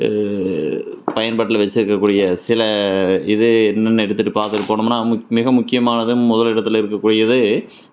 பயன்பாட்டில் வச்சுருக்ககூடிய சில இது என்னன்னு எடுத்துகிட்டு பார்த்துட்டு போனோம்னா மிக முக்கியமானதும் முதலிடத்தில் இருக்கக்கூடியது